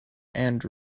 and